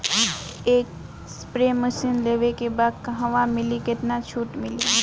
एक spray machine लेवे के बा कहवा मिली केतना छूट मिली?